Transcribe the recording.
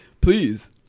Please